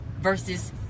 versus